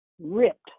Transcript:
ripped